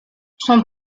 son